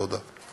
תודה.